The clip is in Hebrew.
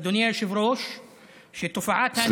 שתופעת האנטישמיות,